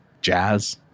Jazz